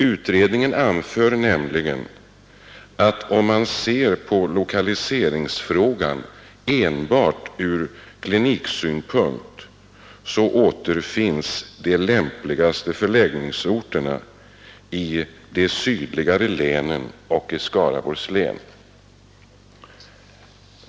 Utredningen anförde nämligen att om man ser på lokaliseringsfrågan enbart från klinikmaterialsynpunkt återfinns de lämpligaste förläggningsorterna i de sydligaste länen och i Skaraborgs län.